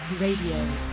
RADIO